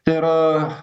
tai yra